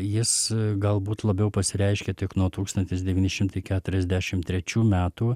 jis galbūt labiau pasireiškia tik nuo tūkstantis devyni šimtai keturiasdešimt trečių metų